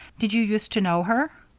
did you use to know her?